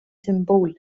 symbol